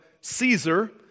Caesar